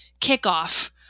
kickoff